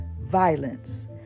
violence